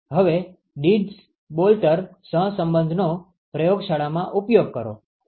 હવે Dittus Boelter સહસંબંધનો પ્રયોગશાળામાં ઉપયોગ કરો